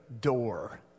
door